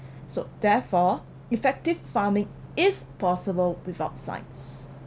so therefore effective farming is possible without science